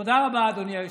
תודה רבה, אדוני היושב-ראש.